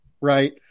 right